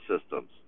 systems